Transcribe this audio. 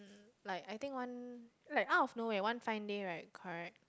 like I think one like out of nowhere one fine day right correct